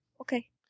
Okay